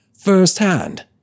firsthand